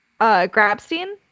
Grabstein